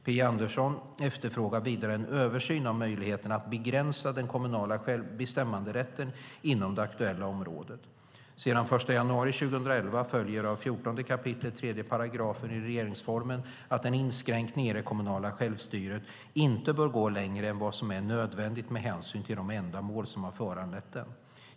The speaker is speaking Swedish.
Phia Andersson efterfrågar vidare en översyn av möjligheten att begränsa den kommunala bestämmanderätten inom det aktuella området. Sedan den 1 januari 2011 följer av 14 kap. 3 § i regeringsformen att en inskränkning i det kommunala självstyret inte bör gå längre än vad som är nödvändigt med hänsyn till de ändamål som har föranlett den.